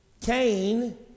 Cain